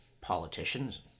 politicians